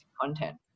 content